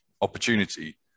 opportunity